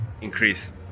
increase